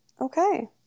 Okay